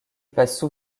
passent